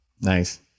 nice